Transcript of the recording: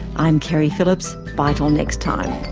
i'm keri phillips. bye till next time